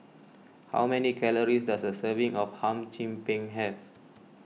how many calories does a serving of Hum Chim Peng have